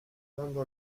dando